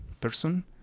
person